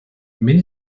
many